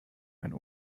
mein